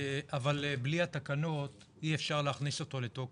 אבל בלי התקנות אי אפשר להכניס אותו לתוקף.